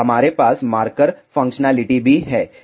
हमारे पास marker functionality भी है